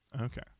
Okay